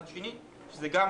צד שני, שזה גם